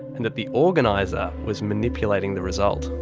and that the organiser was manipulating the result.